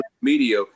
media